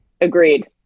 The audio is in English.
agreed